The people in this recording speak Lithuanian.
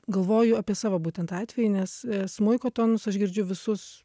galvoju apie savo būtent atvejį nes smuiko tonus aš girdžiu visus